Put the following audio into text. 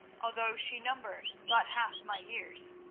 although she numbered but half my years,